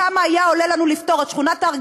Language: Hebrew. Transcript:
כמה היה עולה לנו לפתור את הבעיה של שכונת-הארגזים,